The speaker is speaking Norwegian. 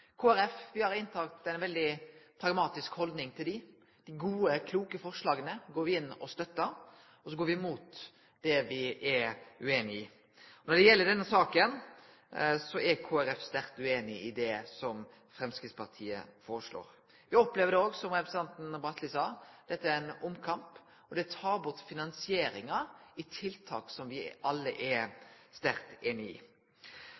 har vi fleire representantforslag frå Framstegspartiet. Kristeleg Folkeparti har innteke ei veldig pragmatisk halding til dei. Dei gode, kloke forslaga går vi inn og støttar, og så går vi mot det vi er ueinig i. Når det gjeld denne saka, er Kristeleg Folkeparti sterkt ueinig i det som Framstegspartiet foreslår. Eg opplever òg, som representanten Bratli sa, at det er ein omkamp, og at det tar bort finansieringa av tiltak som vi alle er heilt einige i.